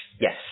Yes